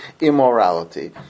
immorality